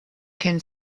can